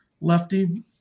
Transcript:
Lefty